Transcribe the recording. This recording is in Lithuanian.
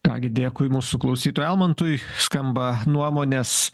ką gi dėkui mūsų klausytojui almantui skamba nuomonės